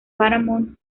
paramount